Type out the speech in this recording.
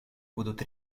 будут